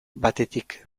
batetik